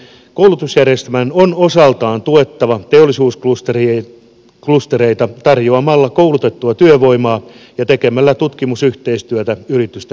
koulutusjärjestelmän on osaltaan tuettava teollisuusklustereita tarjoamalla koulutettua työvoimaa ja tekemällä tutkimusyhteistyötä yritysten kanssa